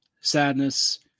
sadness